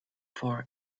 for